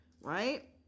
right